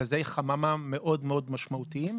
גזי חממה מאוד משמעותיים,